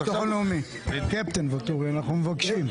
קפטן ואטורי, אנחנו מבקשים.